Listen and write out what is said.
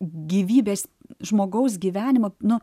gyvybės žmogaus gyvenimą nu